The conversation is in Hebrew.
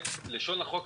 מלשון הצעת החוק,